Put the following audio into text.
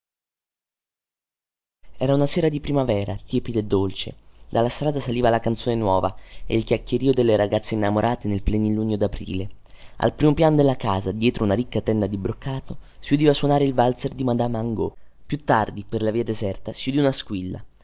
era una sera di primavera tepida e dolce dalla strada saliva la canzone nuova e il chicchierío delle ragazze innamorate nel plenilunio daprile al primo piano della casa dietro una ricca tenda di broccato si udiva sonare il valzer di madama angot poscia per la via deserta si udì una squilla